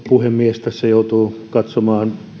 puhemies tässä joutuu katsomaan